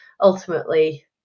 ultimately